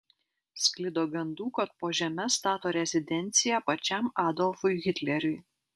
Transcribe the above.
sklido gandų kad po žeme stato rezidenciją pačiam adolfui hitleriui